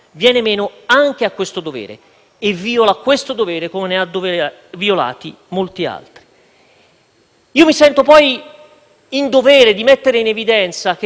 Mi sento poi in dovere di mettere in evidenza che l'episodio di cui stasera stiamo discutendo si aggiunge ad altri episodi